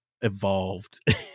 evolved